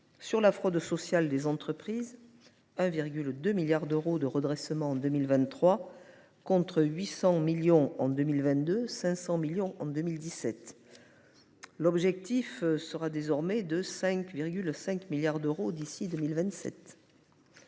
sur la fraude sociale des entreprises : il y a eu 1,2 milliard d’euros de redressement en 2023, contre 800 millions d’euros en 2022 et 500 millions d’euros en 2017. L’objectif sera désormais de 5,5 milliards d’euros d’ici à 2027.